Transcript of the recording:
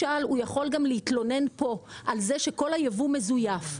הוא יכול, למשל, להתלונן על זה שכל הייבוא מזויף,